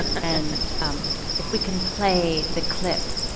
and if we can play the clip.